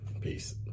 Peace